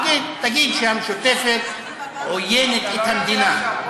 תגיד שהמשותפת עוינת את המדינה.